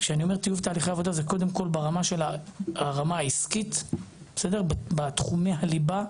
כשאני אומר טיוב תהליכי עבודה זה קודם כל ברמה העסקית בתחומי הליבה,